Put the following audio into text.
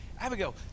Abigail